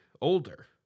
older